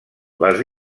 les